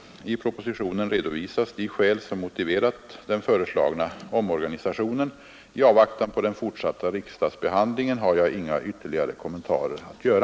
I propositionen redovisas de skäl som motiverat den föreslagna omorganisationen. I avvaktan på den fortsatta riksdagsbehandlingen har jag inga ytterligare kommentarer att göra.